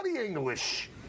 English